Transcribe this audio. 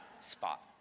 spot